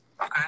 Okay